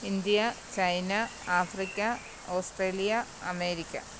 India China Africa Australia America